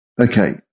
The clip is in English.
Okay